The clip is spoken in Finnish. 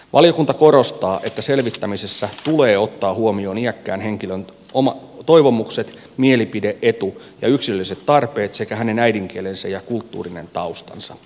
valiokunta korostaa että selvittämisessä tulee ottaa huomioon iäkkään henkilön toivomukset mielipide etu ja yksilölliset tarpeet sekä hänen äidinkielensä ja kulttuurinen taustansa